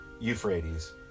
Euphrates